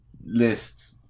list